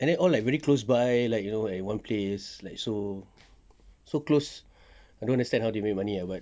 and then all like very close by like you know like one place like so so close I don't understand how they make money ah but